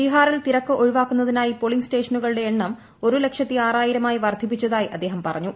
ബീഹാറിൽ തിരക്ക് ഒഴിവാക്കുന്നതിനായി പോളിംഗ് സ്റ്റേഷനുകളുടെ എണ്ണം ഒരു ലക്ഷത്തി ആറായിരം ആയി വർദ്ധിപ്പിച്ചതായി അദ്ദേഹം പറഞ്ഞു